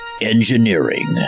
Engineering